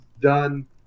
done